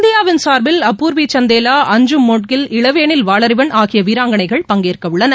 இந்தியாவின் சார்பில் அபூர்வி சந்தேவா அஞ்சும் மோட்கில் இளவேளில் வாலறிவள் ஆகிய வீராங்கனைகள் பங்கேற்கவுள்ளனர்